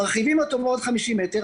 מרחיבים אותו בעוד 50 מטר,